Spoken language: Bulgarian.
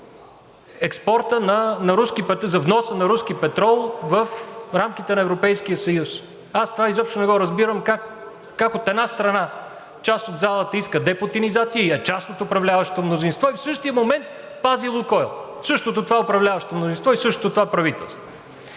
внос на руски петрол в рамките на Европейския съюз. Това изобщо не го разбирам – как, от една страна, част от залата иска депутинизация и е част от управляващото мнозинство и в същия момент пази „Лукойл“. Същото това управляващо мнозинство и същото това правителство.